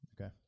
Okay